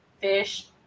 fish